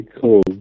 cool